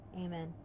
Amen